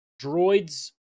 droids